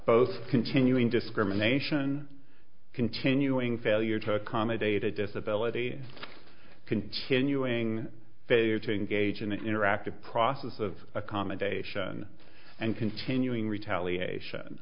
both continuing discrimination continuing failure to accommodate a disability continuing failure to engage in an interactive process of accommodation and continuing retaliation